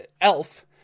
elf